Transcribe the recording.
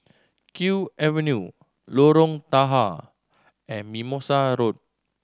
Kew Avenue Lorong Tahar and Mimosa Road